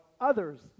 others